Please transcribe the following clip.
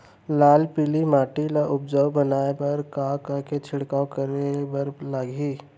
लाल पीली माटी ला उपजाऊ बनाए बर का का के छिड़काव करे बर लागही?